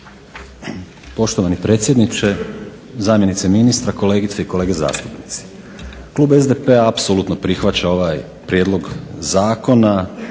Poštovani predsjedniče, zamjenice ministra, kolegice i kolege zastupnici. Klub SDP-a apsolutno prihvaća ovaj prijedlog zakona,